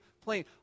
plane